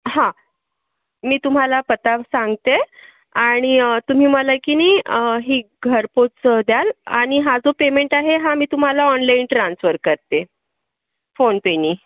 हा मी तुम्हाला पत्ता सांगते आणि तुम्ही मला कीनी ही घरपोच द्याल आणि हा जो पेमेंट आहे हा मी तुम्हाला ऑनलाईन ट्रान्सफर करते फोनपेनी